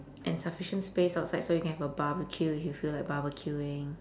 and sufficient space outside so you can have a barbecue if you feel like barbecuing